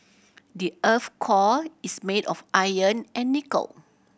the earth's core is made of iron and nickel